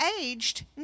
aged